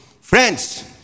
Friends